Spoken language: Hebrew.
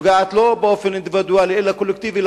שלא נוגעת באופן אינדיבידואלי אלא קולקטיבי